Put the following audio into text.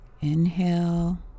Inhale